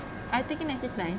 I taking nine six nine